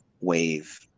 wave